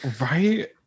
Right